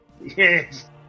Yes